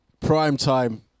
Primetime